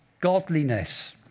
godliness